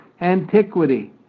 antiquity